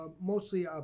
mostly